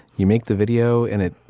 you make the video and it